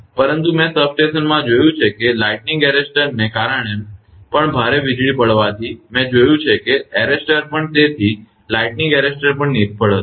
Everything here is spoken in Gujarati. પરંતુ મેં સબસ્ટેશનમાં જોયું છે કે લાઈટનિંગ એરરેસ્ટરને કારણે પણ ભારે વીજળી પડવાથી મેં જોયું છે કે એરરેસ્ટર પણ તેથી લાઈટનિંગ એરરેસ્ટર પણ નિષ્ફળ હતું